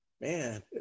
man